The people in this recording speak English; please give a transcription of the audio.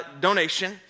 donation